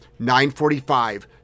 9.45